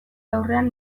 aurrean